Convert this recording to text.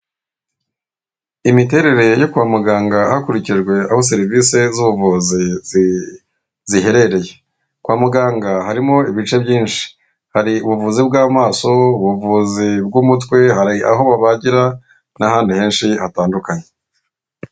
Imiterere yo kwa muganga hakurikijwe aho serivise z'ubuvuzi ziherereye. Kwa muganga harimo ibice byinshi hari ubuvuzi bw'amaso, ubuvuzi bw'umutwe hari aho babagira n'ahandi henshi hatandukanye.